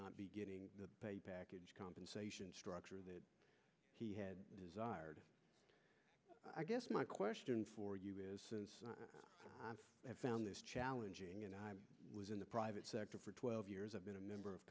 not be getting the pay package compensation structure that he had desired i guess my question for you is i've found this challenging and i was in the private sector for twelve years i've been a member of